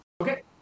Okay